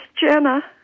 Jenna